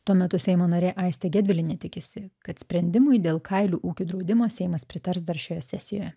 tuo metu seimo narė aistė gedvilienė tikisi kad sprendimui dėl kailių ūkių draudimo seimas pritars dar šioje sesijoje